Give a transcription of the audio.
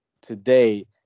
today